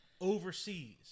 overseas